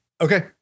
Okay